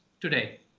today